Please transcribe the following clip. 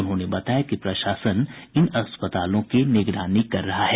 उन्होंने बताया कि प्रशासन इन अस्पतालों की निगरानी कर रहा है